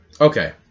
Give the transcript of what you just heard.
okay